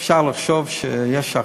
אפשר לחשוב שיש אחדות.